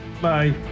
bye